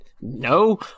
No